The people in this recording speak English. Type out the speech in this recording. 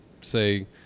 say